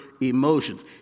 emotions